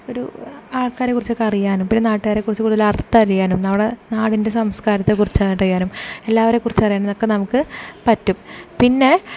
ഒരു ആൾക്കാരെക്കുറിച്ചൊക്കെ അറിയാനും പിന്നെ നാട്ടുകാരെ കുറിച്ച് കൂടുതൽ അടുത്തറിയാനും നമ്മളെ നാടിൻ്റെ സംസ്കാരത്തെകുറിച്ച് അറിയാനും എല്ലാവരെ കുറിച്ച് അറിയാനൊക്കെ നമുക്ക് പറ്റും പിന്നെ